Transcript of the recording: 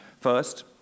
First